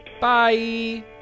Bye